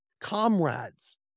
comrades